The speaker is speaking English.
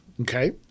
okay